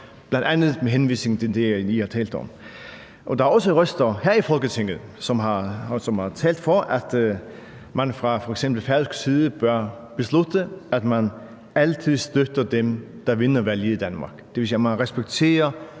bl.a. med henvisning til det, jeg lige har talt om. Og der er også røster her i Folketinget, som har talt for, at man fra f.eks. færøsk side bør beslutte, at man altid støtter dem, der vinder valget i Danmark. Det vil sige, at man respekterer